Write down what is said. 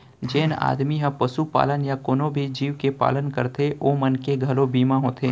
जेन आदमी ह पसुपालन या कोनों भी जीव के पालन करथे ओ मन के घलौ बीमा होथे